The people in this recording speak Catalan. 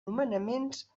nomenaments